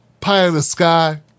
pie-in-the-sky